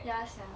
ya sia